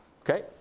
Okay